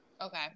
Okay